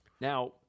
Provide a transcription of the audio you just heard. Now